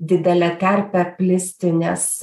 didelę tarpę plisti nes